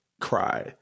cry